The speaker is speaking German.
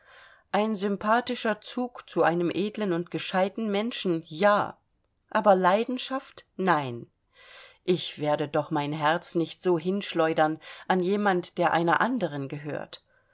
ein sympathischer zug zu einem edlen und gescheidten menschen ja aber leidenschaft nein ich werde doch mein herz nicht so hinschleudern an jemand der einer anderen gehört